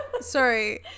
sorry